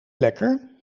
lekker